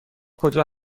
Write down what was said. کجا